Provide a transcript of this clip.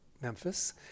Memphis